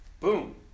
Boom